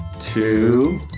two